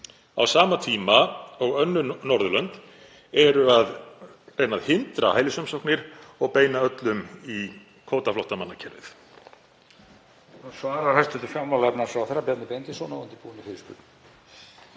á sama tíma og önnur Norðurlönd eru að reyna að hindra hælisumsóknir og beina öllum í kvótaflóttamannakerfið?